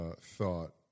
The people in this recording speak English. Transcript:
thought